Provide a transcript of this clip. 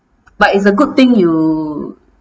but it's a good thing you